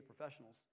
professionals